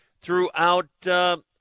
throughout –